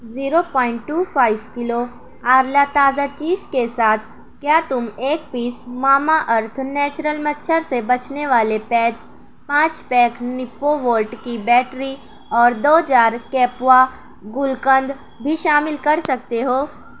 zero point two five kilo Arla تازہ cheese کے ساتھ کیا تم ایک پیس ماما ارتھ نیچرل مچھر سے بچنے والے پیچ پانچ پیک نیپو وولٹ کی بیٹری اور دو جار گلقند بھی شامل کر سکتے ہو